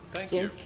thank you.